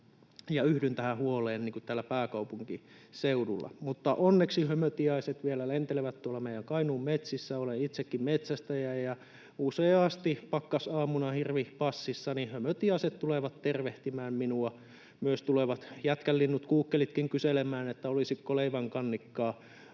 yhdyn tähän huoleen täällä pääkaupunkiseudulla. Onneksi hömötiaiset vielä lentelevät tuolla meidän Kainuun metsissä. Olen itsekin metsästäjä, ja useasti pakkasaamuna hirvipassissa hömötiaiset tulevat tervehtimään minua, myös jätkänlinnut, kuukkelitkin, tulevat kyselemään, olisiko leivänkannikkaa.